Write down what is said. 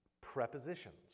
prepositions